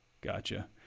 gotcha